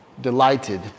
Delighted